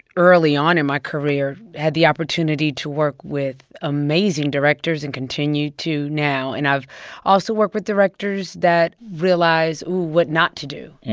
early on in my career, had the opportunity to work with amazing directors and continue to now. and i've also worked with directors that realize what not to do.